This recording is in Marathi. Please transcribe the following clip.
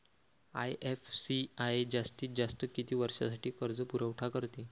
आय.एफ.सी.आय जास्तीत जास्त किती वर्षासाठी कर्जपुरवठा करते?